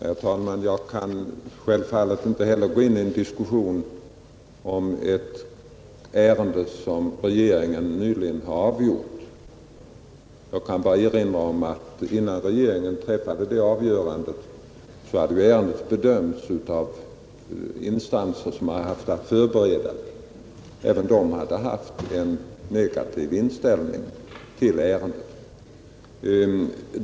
Herr talman! Jag kan självfallet inte gå in på en diskussion om ett ärende som regeringen nyligen har avgjort. Jag kan bara erinra om att innan regeringen träffade sitt avgörande hade ärendet bedömts av instanser som haft att förbereda det. De hade en negativ inställning till frågan.